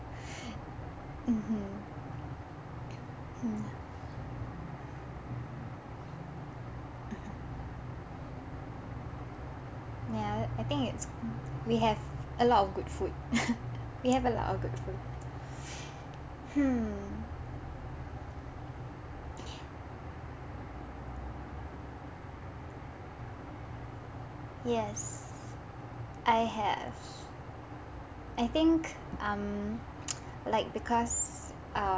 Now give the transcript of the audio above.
mmhmm mm yeah th~ I think it's we have a lot of good food we have a lot of good food hmm yes I have I think um like because